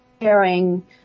sharing